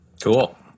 Cool